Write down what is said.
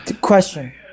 Question